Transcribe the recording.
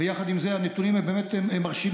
ויחד עם זה הנתונים הם באמת מרשימים.